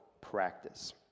practice